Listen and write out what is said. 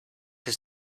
has